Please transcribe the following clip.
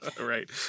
Right